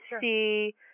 see